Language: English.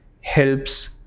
helps